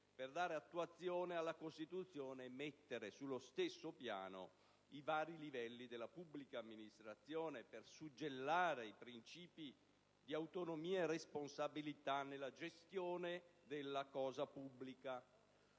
per dare attuazione alla Costituzione e mettere sullo stesso piano i vari livelli della pubblica amministrazione, per suggellare i principi di autonomia e responsabilità nella gestione della cosa pubblica.